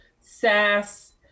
SaaS